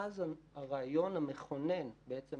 ואז הרעיון המכונן, בעצם